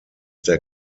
der